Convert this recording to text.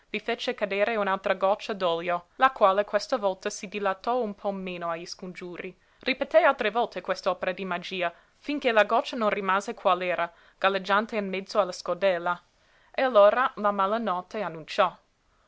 vi fece cadere un'altra goccia d'olio la quale questa volta si dilatò un po meno agli scongiuri ripeté altre volte quest'opera di magia finché la goccia non rimase qual'era galleggiante in mezzo alla scodella e allora la malanotte annunciò